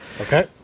Okay